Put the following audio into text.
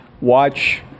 watch